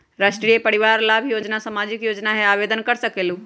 राष्ट्रीय परिवार लाभ योजना सामाजिक योजना है आवेदन कर सकलहु?